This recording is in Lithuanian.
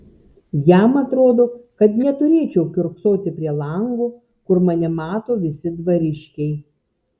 jam atrodo kad neturėčiau kiurksoti prie lango kur mane mato visi dvariškiai